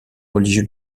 religieux